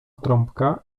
trąbka